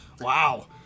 Wow